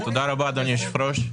תודה רבה אדוני היושב ראש.